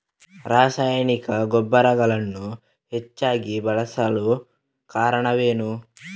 ರಾಸಾಯನಿಕ ಗೊಬ್ಬರಗಳನ್ನು ಹೆಚ್ಚಾಗಿ ಬಳಸಲು ಕಾರಣವೇನು?